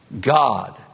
God